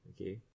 Okay